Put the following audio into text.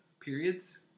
periods